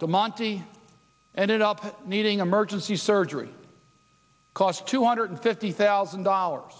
the monte ended up needing emergency surgery cost two hundred fifty thousand dollars